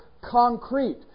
concrete